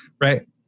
Right